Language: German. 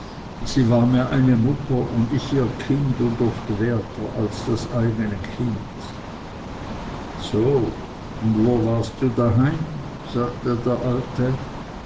sie war mir eine mutter und ich ihr kind und oft werter als das eigene kind so und wo warst du daheim sagte der alte